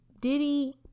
Diddy